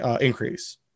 increase